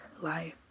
life